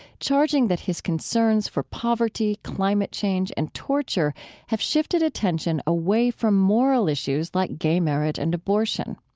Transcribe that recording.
charging that his concerns for poverty, climate change, and torture have shifted attention away from moral issues like gay marriage and abortion.